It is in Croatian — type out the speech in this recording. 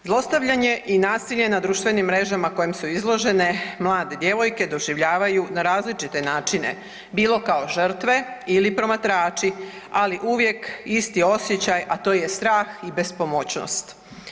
Zlostavljanje i nasilje na društvenim mrežama kojim su izložene mlade djevojke doživljavaju na različite načine, bilo kao žrtve ili promatrači, ali uvijek isti osjećaj, a to je strah i bespomoćnost.